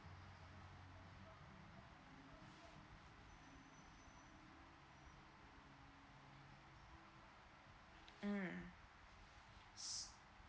mm